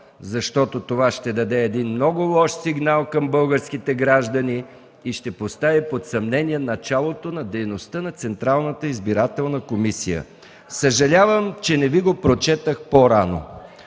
защото това ще даде много лош сигнал към българските граждани и ще постави под съмнение началото на дейността на Централната избирателна комисия.” Съжалявам, че не Ви го прочетох по-рано.